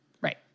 Right